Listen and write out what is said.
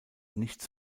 nichts